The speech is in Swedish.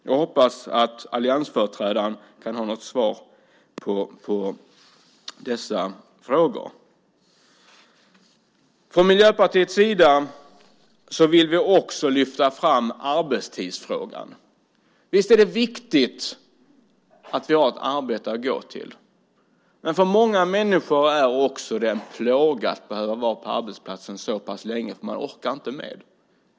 Jag hoppas att alliansens företrädare har något svar när det gäller dessa frågor. Vi i Miljöpartiet vill också lyfta fram arbetstidsfrågan. Visst är det viktigt att ha ett arbete att gå till. Men för många människor är det också en plåga att behöva vara på arbetsplatsen så pass länge som det kan vara fråga om. Man orkar inte med det.